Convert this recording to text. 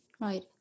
Right